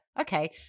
okay